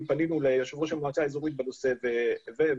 פנינו ליושב ראש המועצה האזורית בנושא וביקשנו